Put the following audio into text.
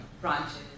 branches